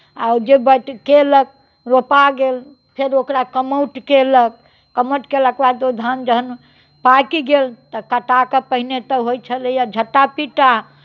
आ जे केलक रोपा गेल फेर ओकरा कमाठु केलक कमाठु केलाके बाद ओ धान जखन पाकि गेल तऽ कटा कऽ पहिने तऽ होइ छलैए झट्टा पिट्टा